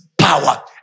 Power